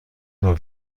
nur